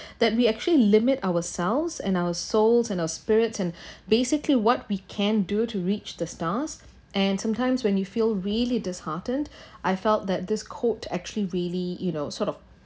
that we actually limit ourselves and our souls and our spirits and basically what we can do to reach the stars and sometimes when you feel really disheartened I felt that this quote actually really you know sort of